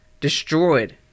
destroyed